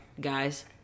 guys